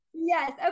Yes